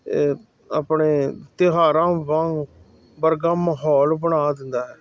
ਆਪਣੇ ਤਿਉਹਾਰਾਂ ਵਾਂਗ ਵਰਗਾ ਮਾਹੌਲ ਬਣਾ ਦਿੰਦਾ ਹੈ